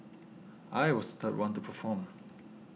I was third one to perform